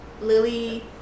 Lily